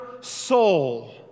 soul